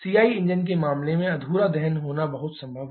CI इंजनों के मामले में अधूरा दहन होना बहुत संभव है